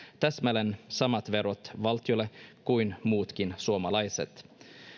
täsmälleen samat verot valtiolle kuin muutkin suomalaiset